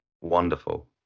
Wonderful